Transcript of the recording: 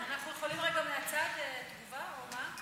אנחנו יכולים רגע מהצד תגובה או מה?